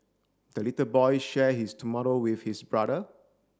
the little boy share his tomato with his brother